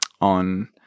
on –